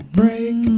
break